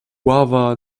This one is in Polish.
ława